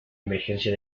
emergencia